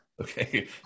Okay